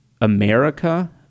America